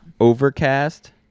overcast